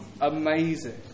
amazing